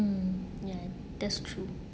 mm ya that's true